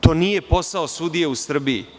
To nije posao sudije u Srbiji.